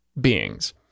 beings